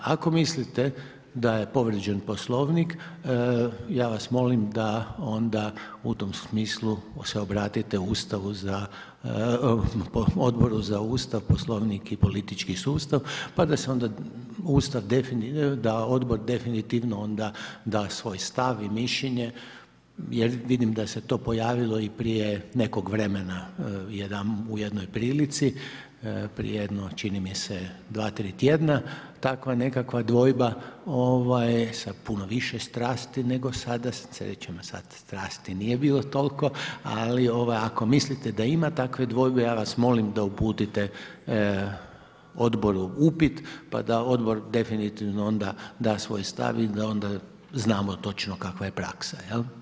Ako mislite da je povrijeđen Poslovnik, ja vas molim da onda u tom smislu se obratite Ustavu za, Odboru za ustav Poslovnik i politički sustav pa da odbor definitivno onda da svoj stav i mišljenje jer vidim da se to pojavilo i prije nekog vremena u jednoj prilici, prije jedno čini mi se 2, 3 tjedna takva nekakva dvojba sa puno više strasti nego sada, srećom sad strasti nije bilo tolko, ali ako mislite da ima takve dvojbe, ja vas molim da uputite odboru upit pa da odbor definitivno da svoj stav pa da onda znamo točno kakva je praksa.